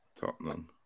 Tottenham